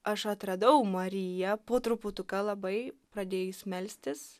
aš atradau mariją po truputuką labai pradėjus melstis